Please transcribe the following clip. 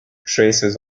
traces